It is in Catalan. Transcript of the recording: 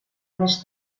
més